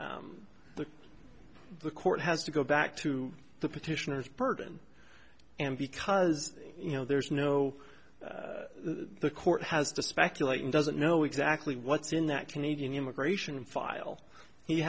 the the court has to go back to the petitioners burden and because you know there's no the court has to speculate and doesn't know exactly what's in that canadian immigration file he